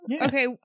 okay